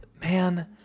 man